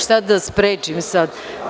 Šta da sprečim sad?